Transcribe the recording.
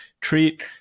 Treat